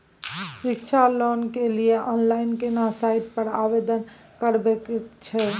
शिक्षा लोन के लिए ऑनलाइन केना साइट पर आवेदन करबैक छै?